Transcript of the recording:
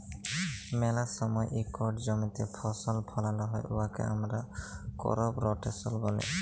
ম্যালা সময় ইকট জমিতে ফসল ফলাল হ্যয় উয়াকে আমরা করপ রটেশল ব্যলি